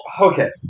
okay